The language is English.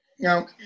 Now